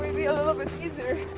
be a little bit easier.